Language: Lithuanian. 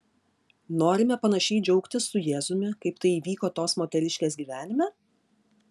norime panašiai džiaugtis su jėzumi kaip tai įvyko tos moteriškės gyvenime